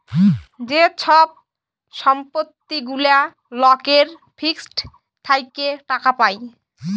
যে ছব সম্পত্তি গুলা লকের ফিক্সড থ্যাকে টাকা পায়